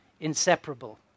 inseparable